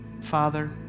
Father